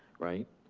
right.